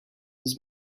his